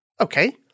Okay